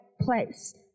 place